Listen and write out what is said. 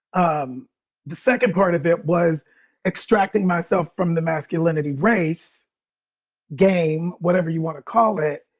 um the second part of it was extracting myself from the masculinity race game, whatever you want to call it.